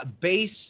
base